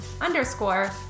underscore